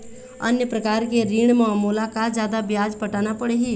अन्य प्रकार के ऋण म मोला का जादा ब्याज पटाना पड़ही?